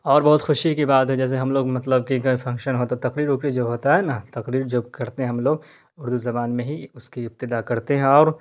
اور بہت خوشی کی بات ہے جیسے ہم لوگ مطلب کہ اگر فنکشن ہو تو تقریر اوکریر جب ہوتا ہے نا تقریر جب کرتے ہیں ہم لوگ اردو زبان میں ہی اس کی ابتداء کرتے ہیں اور